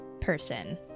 person